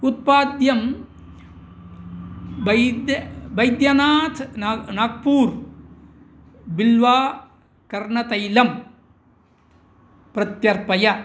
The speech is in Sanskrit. उत्पाद्यं वैद्यं बैद्यनाथ् नाग् नाग्पूर् बिल्वा कर्णतैलं प्रत्यर्पय